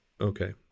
Okay